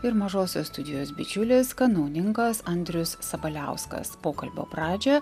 ir mažosios studijos bičiulis kanauninkas andrius sabaliauskas pokalbio pradžią